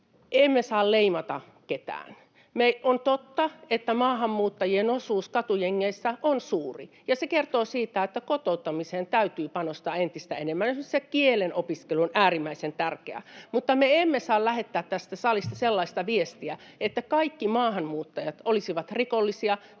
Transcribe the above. emme saa leimata ketään. On totta, että maahanmuuttajien osuus katujengeissä on suuri, ja se kertoo siitä, että kotouttamiseen täytyy panostaa entistä enemmän — se kielenopiskelu on äärimmäisen tärkeää. Mutta me emme saa lähettää tästä salista sellaista viestiä, että kaikki maahanmuuttajat olisivat rikollisia